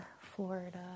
Florida